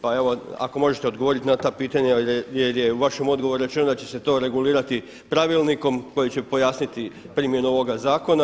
Pa evo ako možete odgovoriti na ta pitanja jer je u vašem odgovoru rečeno da će se to regulirati pravilnikom koji će pojasniti primjenu ovoga zakona.